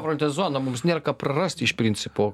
fronte zona mums nėra ką prarasti iš principo